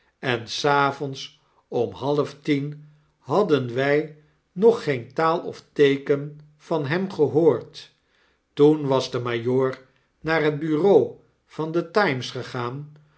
en s avonds om halftien hadden wy nog geen taal of teeken van hem gehoord toen was de majoor naar het bureau van de times gegaan